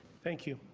thank you.